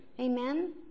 Amen